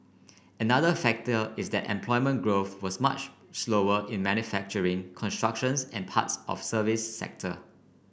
another factor is that employment growth was much slower in manufacturing construction and parts of service sector